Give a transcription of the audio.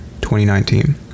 2019